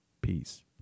peace